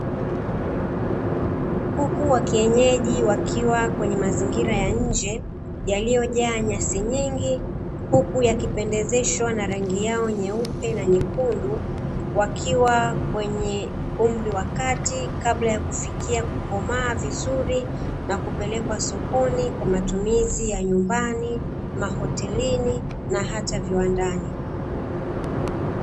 Kuku wa kienyeji wakiwa kwenye mazingira ya nje, yaliyojaa nyasi nyingi huku yakipendezeshwa na rangi yao nyeupe na nyekundu. Wakiwa kwenye umri wa kati kabla ya kufikia kukomaa vizuri na kupelekwa sokoni kwa matumizi ya nyumbani, mahotelini, na hata viwandani.